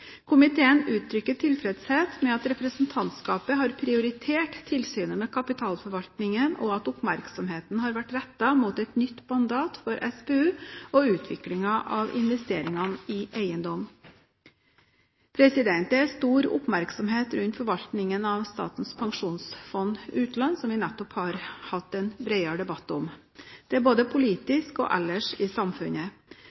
Komiteen uttrykker tilfredshet med at representantskapet har prioritert tilsynet med kapitalforvaltningen, og at oppmerksomheten har vært rettet mot et nytt mandat for SPU og utviklingen av investeringer i eiendom. Det er stor oppmerksomhet rundt forvaltningen av Statens pensjonsfond utland, som vi nettopp har hatt en bredere debatt om, både politisk og ellers i samfunnet. Det er